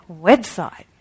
Website